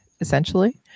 essentially